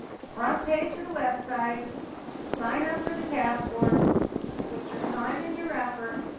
front page of the website sign up for the task force put your time and your effort